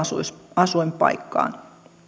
asuinpaikkaan